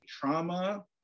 trauma